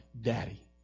Daddy